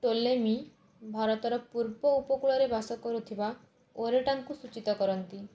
Ptolemy ଭାରତର ପୂର୍ବ ଉପକୂଳରେ ବାସ କରୁଥିବା ଓରେଟାଙ୍କୁ ସୂଚିତ କରନ୍ତି